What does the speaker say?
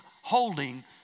holding